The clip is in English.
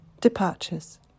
Departures